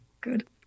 Good